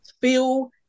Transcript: feel